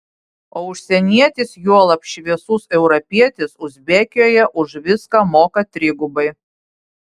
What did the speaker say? o užsienietis juolab šviesus europietis uzbekijoje už viską moka trigubai